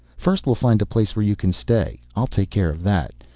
first we'll find a place where you can stay. i'll take care of that.